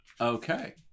Okay